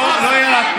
הוא אמר: תחזור.